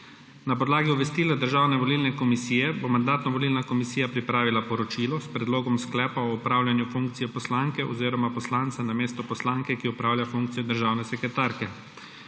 Na podlagi obvestila Državne volilne komisije bo Mandatno-volilna komisija pripravila poročilo s predlogom sklepa o opravljanju funkcije poslanke oziroma poslanca namesto poslanke, ki opravlja funkcijo državne sekretarke.